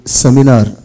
seminar